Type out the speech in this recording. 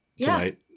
tonight